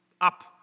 up